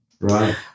Right